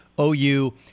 OU